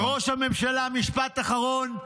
משפט אחרון: